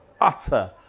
utter